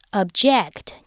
,object